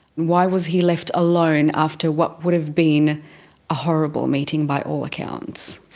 why was he left alone after what would have been a horrible meeting by all accounts?